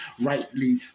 rightly